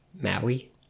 Maui